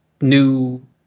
new